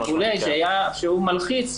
שהוא מלחיץ,